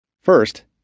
First